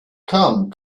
come